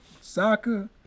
soccer